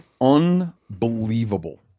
unbelievable